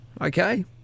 okay